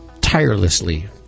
tirelessly